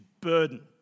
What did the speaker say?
burden